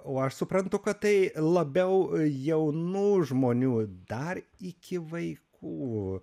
o aš suprantu kad tai labiau jaunų žmonių dar iki vaikų